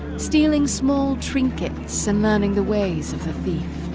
stealing small trinkets and learning the ways of the thief,